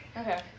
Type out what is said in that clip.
Okay